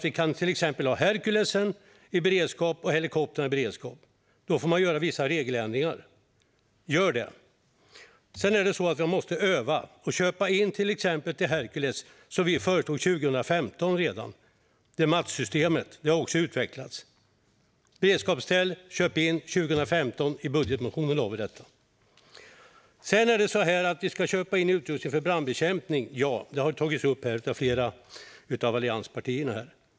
Man ska kunna ha Herculesplan och helikoptrar i beredskap. Då får man göra vissa regeländringar. Gör det! Sedan måste man öva och köpa in till exempel MAFF-systemet till Hercules, som vi föreslog 2015. I vår budgetmotion för 2015 föreslog vi att man skulle köpa in beredskapsställ. Vi ska köpa in utrustning för brandbekämpning, ja, det behövs. Det har tagits upp av flera allianspartier här.